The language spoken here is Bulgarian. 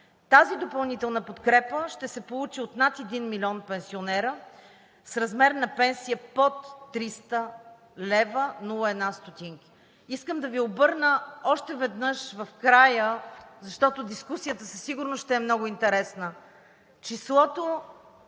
Тази допълнителна подкрепа ще се получи от над 1 милион пенсионери с размер на пенсия под 300,01 лв. Искам да Ви обърна още веднъж вниманието в края, защото дискусията със сигурност ще е много интересна,